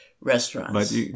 restaurants